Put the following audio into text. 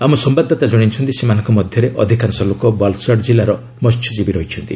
ଆମ ସମ୍ଭାଦଦାତା କଣାଇଛନ୍ତି ସେମାନଙ୍କ ମଧ୍ୟରେ ଅଧିକାଂଶ ଲୋକ ବଲ୍ସାଡ୍ କିଲ୍ଲାର ମସ୍ୟଜୀବୀ ରହିଛନ୍ତି